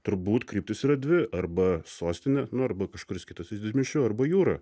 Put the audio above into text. turbūt kryptys yra dvi arba sostinė nu arba kažkuris kitas is didmiesčių arba jūra